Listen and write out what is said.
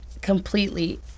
Completely